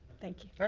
thank you.